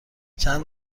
چند